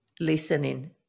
listening